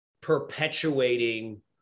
perpetuating